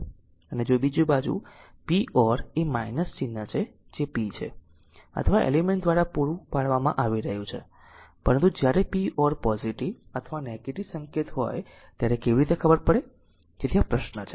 અને જો બીજી બાજુ p or એ ચિહ્ન છે જે પી છે અથવા એલિમેન્ટ દ્વારા પૂરું પાડવામાં આવી રહ્યું છે પરંતુ પરંતુ જ્યારે p or પોઝીટીવ અથવા નેગેટીવ સંકેત હોય ત્યારે કેવી રીતે ખબર પડે તેથી આ પ્રશ્ન છે